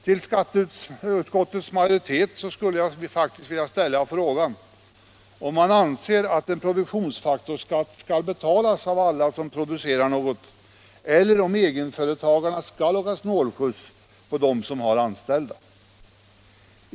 Till skatteutskottets majoritet skulle jag faktiskt vilja ställa frågan om man anser att en produktionsfaktorsskatt skall betalas av alla som producerar något, eller om egenföretagarna skall åka snålskjuts på dem som har anställda.